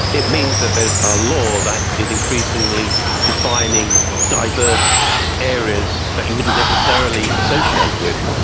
it means that there is a law that is increasingly defining diverse areas that you wouldn't necessarily associate with.